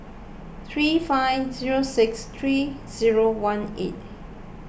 three five zero six three zero one eight